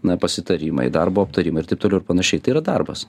na pasitarimai darbo aptarimai ir taip toliau ir panašiai tai yra darbas